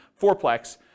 fourplex